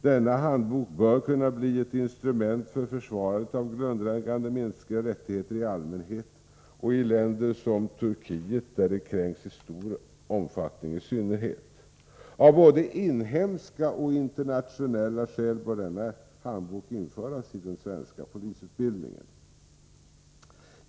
Denna handbok bör kunna bli ett instrument för försvaret av grundläggande mänskliga rättigheter i allmänhet, i synnerhet i länder som Turkiet, där de mänskliga rättigheterna kränks i stor omfattning. Av både inhemska och internationella skäl bör denna handbok införas i den svenska polisutbildningen.